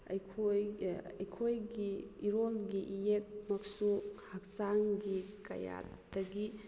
ꯑꯩꯈꯣꯏ ꯑꯩꯈꯣꯏꯒꯤ ꯏꯔꯣꯜꯒꯤ ꯏꯌꯦꯛꯃꯛꯁꯨ ꯍꯛꯆꯥꯡꯒꯤ ꯀꯌꯥꯠꯇꯒꯤ